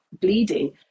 bleeding